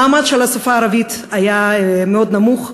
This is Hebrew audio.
המעמד של השפה הערבית היה מאוד נמוך.